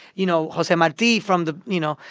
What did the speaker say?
you know, jose marti from the, you know,